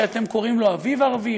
שאתם קוראים לו "אביב ערבי",